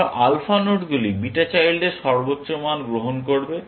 তারপর আলফা নোডগুলি বিটা চাইল্ডদের সর্বোচ্চ মান গ্রহণ করবে